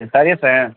خیریت سے ہیں